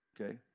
Okay